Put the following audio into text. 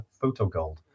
photogold